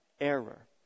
error